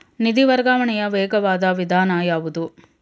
ನಿಧಿ ವರ್ಗಾವಣೆಯ ವೇಗವಾದ ವಿಧಾನ ಯಾವುದು?